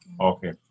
Okay